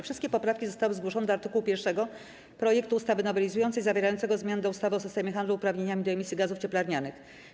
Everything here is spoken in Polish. Wszystkie poprawki zostały zgłoszone do art. 1 projektu ustawy nowelizującej, zawierającego zmiany do ustawy o systemie handlu uprawnieniami do emisji gazów cieplarnianych.